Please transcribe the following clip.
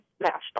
national